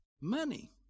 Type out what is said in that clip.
money